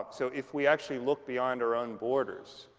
ah so if we actually look beyond our own borders,